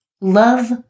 love